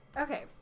Okay